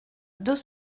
deux